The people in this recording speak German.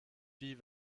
wie